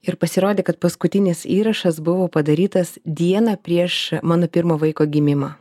ir pasirodė kad paskutinis įrašas buvo padarytas dieną prieš mano pirmo vaiko gimimą